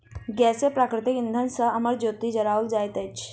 गैसीय प्राकृतिक इंधन सॅ अमर ज्योति जराओल जाइत अछि